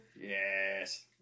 Yes